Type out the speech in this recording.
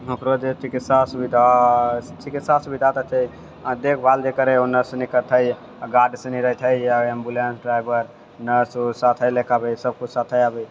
ओकरो जे चिकित्सा सुविधा चिकित्सा सुविधा तऽ छै आ देखभाल जे करैत ओ नर्स सब करितिऐ आ गार्ड सब रहितिऐ आ एम्बुलेन्स ड्राइवर नर्स उर्स साथे लएके अबैए सभ केओ साथे अबैए